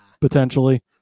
potentially